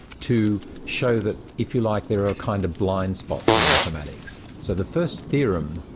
to show that if you like there are kind of blind spots in mathematics. so the first theorem,